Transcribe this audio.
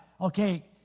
okay